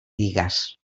digues